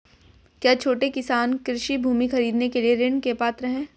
क्या छोटे किसान कृषि भूमि खरीदने के लिए ऋण के पात्र हैं?